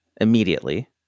immediately